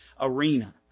arena